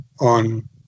on